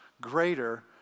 greater